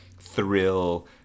thrill